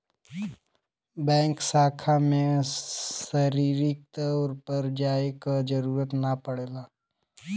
bank शाखा में शारीरिक तौर पर जाये क जरुरत ना पड़ेला